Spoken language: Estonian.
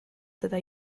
teda